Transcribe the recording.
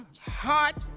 hot